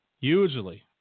usually